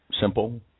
simple